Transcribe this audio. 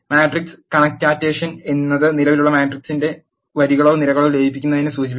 matrix concatenation എന്നത് നിലവിലുള്ള മാട്രിക്സിലേക്ക് വരികളോ നിരകളോ ലയിപ്പിക്കുന്നതിനെ സൂചിപ്പിക്കുന്നു